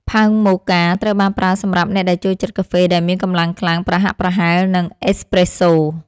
ផើងមូកា ត្រូវបានប្រើសម្រាប់អ្នកដែលចូលចិត្តកាហ្វេដែលមានកម្លាំងខ្លាំងប្រហាក់ប្រហែលនឹងអេសប្រេសសូ។